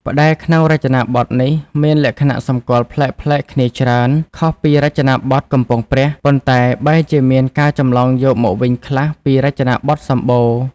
ផ្ដែរក្នុងរចនាបថនេះមានលក្ខណៈសម្គាល់ប្លែកៗគ្នាច្រើន ខុសពីរចនាបថកំពង់ព្រះ ប៉ុន្តែបែរជាមានការចម្លងយកមកវិញខ្លះពីរចនាបថសម្បូរ។